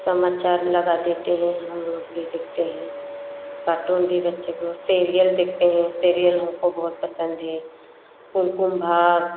समाचार लगा देते हैं हम लोग भी देखते हैं कार्टून भी बच्चे को सीरियल देखते हैं सीरियल हमको बहुत पसंद है कुमकुम भाग्य